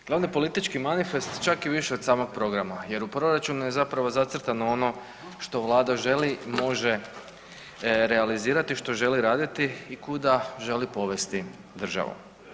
Glavni politički manifest čak i više od samog programa jer u proračunu je zapravo zacrtano ono što vlada želi i može realizirati, što želi raditi i kuda želi povesti državu.